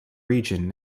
region